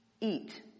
eat